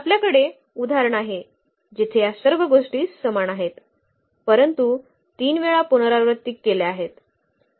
तर आपल्याकडे उदाहरण आहे जिथे या सर्व गोष्टी समान आहेत परंतु तीन वेळा पुनरावृत्ती केल्या आहेत